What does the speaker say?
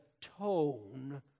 tone